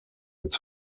its